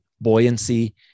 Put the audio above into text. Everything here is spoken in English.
buoyancy